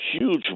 huge